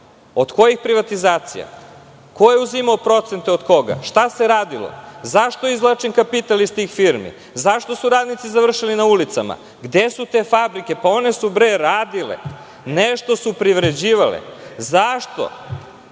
od kojih privatizacija? Ko je uzimao procente od koga? Šta se radilo. Zašto izvlačim kapital iz tih firmi? Zašto su radnici završili na ulicama? Gde su te fabrike? One su radile, nešto su privređivale. Ovi